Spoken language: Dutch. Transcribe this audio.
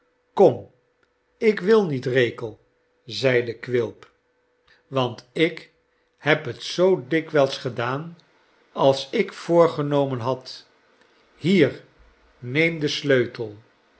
komi ik wil niet rekel zeide quilp want ik heb het zoo dikwijls gedaan als ik voorgenomen had hier neem den sleutel